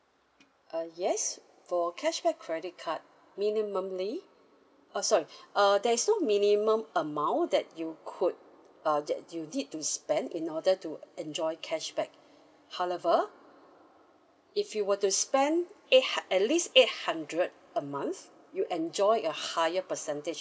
uh yes for cashback credit card minimally uh sorry err there's no minimum amount that you could uh that you need to spend in order to enjoy cashback however if you were to spend eight hun~ at least eight hundred a month you enjoy a higher percentage